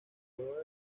cueva